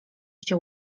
się